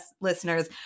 listeners